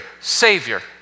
Savior